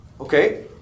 Okay